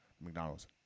McDonald's